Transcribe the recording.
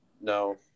no